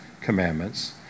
commandments